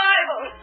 Bible